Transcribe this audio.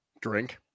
Drink